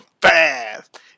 fast